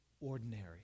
ordinary